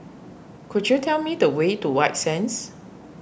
could you tell me the way to White Sands